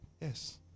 Yes